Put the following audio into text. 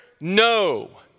No